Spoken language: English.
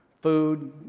food